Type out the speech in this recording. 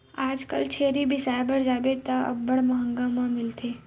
आजकल छेरी बिसाय बर जाबे त अब्बड़ मंहगा म मिलथे